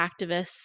activists